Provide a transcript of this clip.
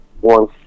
one